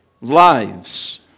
lives